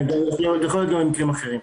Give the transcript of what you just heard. יכול להיות גם במקרים אחרים.